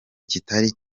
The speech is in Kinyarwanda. kitari